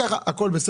בכל עמותה.